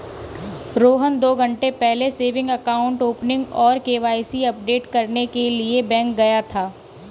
रोहन दो घन्टे पहले सेविंग अकाउंट ओपनिंग और के.वाई.सी अपडेट करने के लिए बैंक गया था